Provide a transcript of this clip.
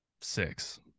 six